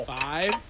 five